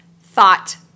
thought